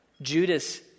Judas